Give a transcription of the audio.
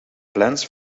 plans